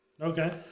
Okay